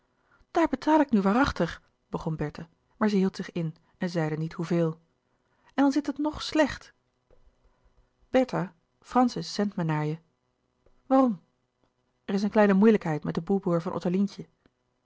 daar betaal ik nu waarachtig begon bertha maar zij hield zich in en zeide niet hoeveel en dan zit het nog slecht bertha francis zendt me naar je waarom er is een kleine moeilijkheid met de boeboer van